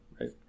Right